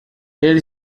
ele